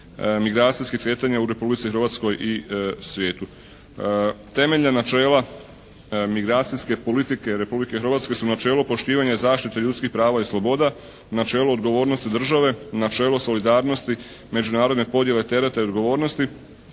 migracijskih kretanja u Republici Hrvatskoj i u svijetu. Temeljna načela migracijske politike Republike Hrvatske su načelo poštivanja i zaštite ljudskih prava i sloboda, načelo odgovornosti države, načelo solidarnosti međunarodne podjele tereta i odgovornosti,